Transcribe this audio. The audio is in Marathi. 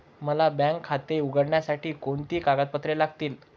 मला बँक खाते उघडण्यासाठी कोणती कागदपत्रे लागतील?